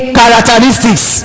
characteristics